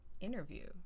interview